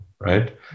right